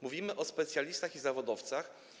Mówimy o specjalistach i zawodowcach.